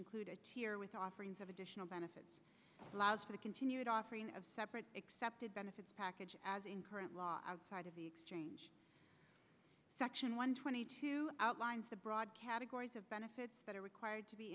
include a tier with offerings of additional benefits allows for the continued offering of separate accepted benefits package as in current law outside of the exchange section one twenty two outlines the broad categories of benefits that are required to be